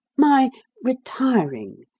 my retiring,